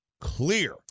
Clear